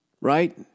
Right